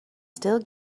still